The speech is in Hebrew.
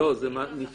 לא, היא נפרדת.